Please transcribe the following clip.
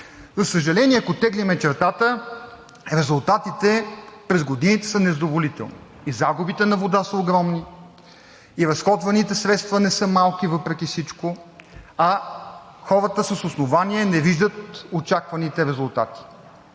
За съжаление, ако теглим чертата, резултатите през годините са незадоволителни – и загубите на вода са огромни, и разходваните средства не са малки, въпреки всичко, а хората с основание не виждат очакваните резултати.